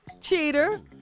Cheater